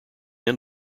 end